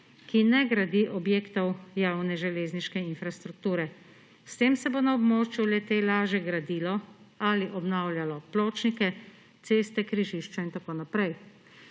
ki ne gradi objektov javne železniške infrastrukture. S tem se bo na območju le-te lažje gradilo ali obnavljajo pločnike, ceste, križišča in tako naprej.